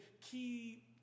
key